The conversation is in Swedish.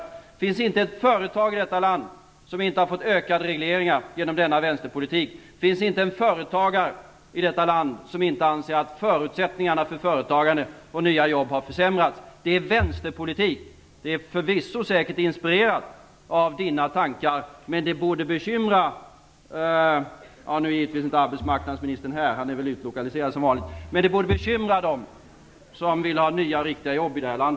Det finns inte ett företag i detta land som inte fått ökade regleringar genom denna vänsterpolik, och det finns inte en företagare i detta land som inte anser att förutsättningarna för företagande och för nya jobb försämrats. Det är vänsterpolitik. Det är förvisso inspirerat av Gudrun Schymans tankar, men det borde bekymra - nu är givetvis inte arbetsmarknadsministern här, han är väl utlokaliserad som vanligt - dem som vill ha nya, riktiga jobb i vårt land.